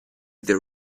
their